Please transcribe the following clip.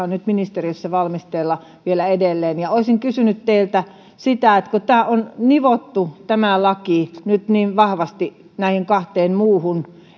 on ministeriössä valmisteilla vielä edelleen ja olisin kysynyt teiltä sitä että kun tämä laki on nivottu nyt niin vahvasti näihin kahteen muuhun